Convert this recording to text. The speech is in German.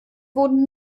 wurden